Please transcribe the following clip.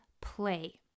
play